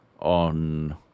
on